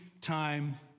time